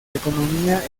economía